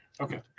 Okay